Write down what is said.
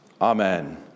Amen